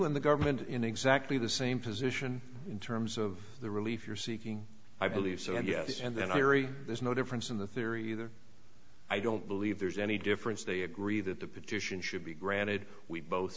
in the government in exactly the same position in terms of the relief you're seeking i believe so yes and then i read there's no difference in the theory either i don't believe there's any difference they agree that the petition should be granted we both